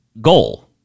goal